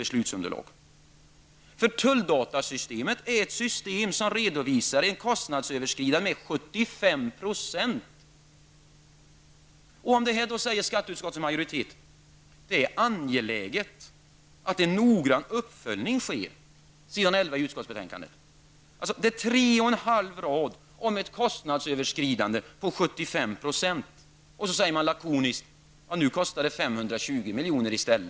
Man redovisar ett kostnadsöverskridande för tulldatasystemet med 75 %. Om detta säger skatteutskottets majoritet att det är angeläget att en noggrann uppföljning sker. Man ägnar alltså tre och en halv rad åt ett kostnadsöverskridande på 75 %, och så säger man lakoniskt att nu kostar det 520 miljoner i stället.